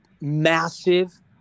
massive